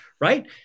right